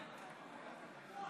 הצעת סיעת הציונות הדתית להביע אי-אמון